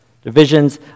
Divisions